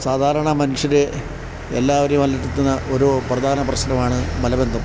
സാധാരണ മനുഷ്യർ എല്ലാവരേം അലട്ടുന്ന ഒരു പ്രധാന പ്രശ്നമാണ് മലബന്ധം